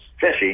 fishy